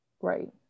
Right